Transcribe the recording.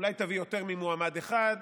אולי תביא יותר ממועמד אחד.